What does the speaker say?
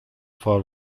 for